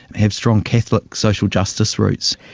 have strong catholic social justice roots.